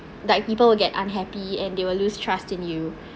that like people will get unhappy and they will lose trust in you